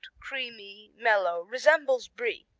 creamy, mellow, resembles brie.